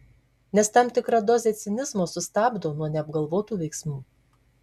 nes tam tikra dozė cinizmo sustabdo nuo neapgalvotų veiksmų